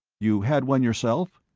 you had one yourself?